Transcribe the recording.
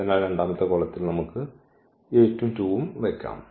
അതിനാൽ രണ്ടാമത്തെ കോളത്തിൽ നമുക്ക് 8 ഉം 2 ഉം വയ്ക്കാം